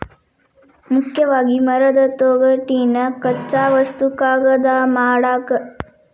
ಮುಖ್ಯವಾಗಿ ಮರದ ತೊಗಟಿನ ಕಚ್ಚಾ ವಸ್ತು ಕಾಗದಾ ಮಾಡಾಕ